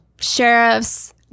sheriffs